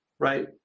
Right